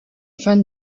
fin